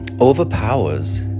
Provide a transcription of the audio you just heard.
overpowers